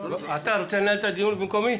אתה רוצה לנהל את הדיון במקומי?